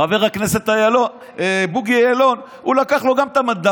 חבר הכנסת בוגי יעלון, הוא לקח לו גם את המנדט.